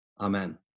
Amen